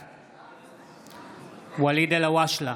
בעד ואליד אלהואשלה,